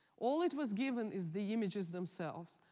all it was given is the images themselves.